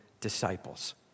disciples